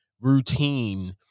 routine